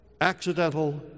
accidental